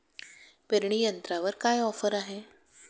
पेरणी यंत्रावर काय ऑफर आहे?